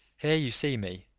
here you see me,